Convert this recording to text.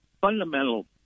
fundamental